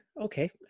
okay